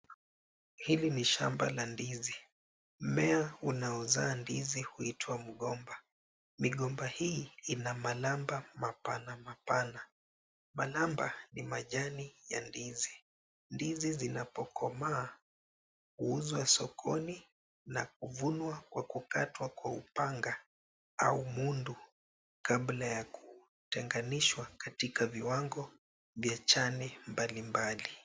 Hili ni shamba la ndizi, mmea unaozaa ndizi huitwa mgomba, migomba hii ina manamba mapana mapana. Manamba ni majani ya ndizi, ndizi zinapokomaa huuzwa sokoni na kuvunwa kwa kukatwa kwa upanga au mundu kabla ya kutenganishwa katika viwango vya chane mbali mbali.